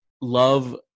Love